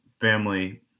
family